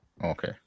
Okay